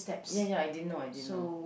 ya ya I didn't know I didn't know